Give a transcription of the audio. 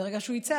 ברגע שהוא יצא,